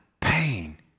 pain